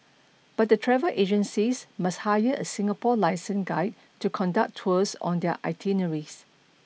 but the travel agencies must hire a Singapore licensed guide to conduct tours on their itineraries